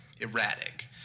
erratic